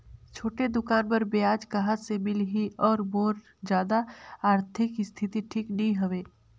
छोटे दुकान बर ब्याज कहा से मिल ही और मोर जादा आरथिक स्थिति ठीक नी हवे?